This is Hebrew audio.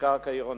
קרקע עירונית.